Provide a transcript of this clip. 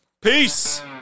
Peace